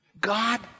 God